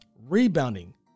rebounding